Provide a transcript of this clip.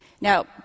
Now